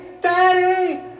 Daddy